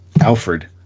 Alfred